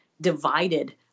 divided